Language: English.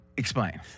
Explain